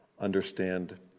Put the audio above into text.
understand